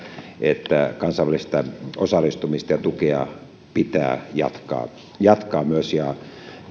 että kansainvälistä osallistumista ja tukea pitää jatkaa jatkaa